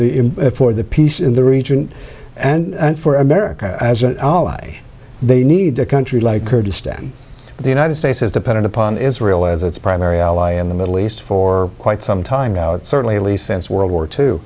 the for the peace in the region and for america as an ally they need a country like kurdistan the united states is dependent upon israel as its primary ally in the middle east for quite some time now and certainly at least since world war two